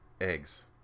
eggs